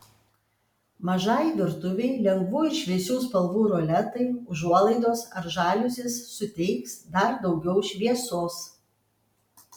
mažai virtuvei lengvų ir šviesių spalvų roletai užuolaidos ar žaliuzės suteiks dar daugiau šviesos